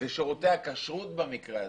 ושרותי הכשרות במקרה הזה,